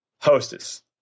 Hostess